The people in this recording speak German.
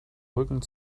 rücken